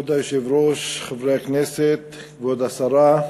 כבוד היושב-ראש, חברי הכנסת, כבוד השרה,